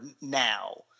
now